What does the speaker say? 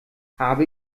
habe